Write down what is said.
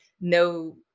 no